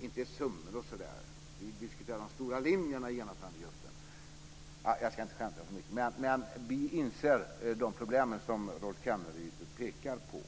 inte om summor och sådant, eftersom vi diskuterar de stora linjerna. Vi inser de problem som Rolf Kenneryd tar upp.